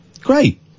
Great